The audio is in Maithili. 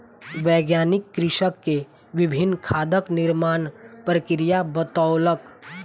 वैज्ञानिक कृषक के विभिन्न खादक निर्माण प्रक्रिया बतौलक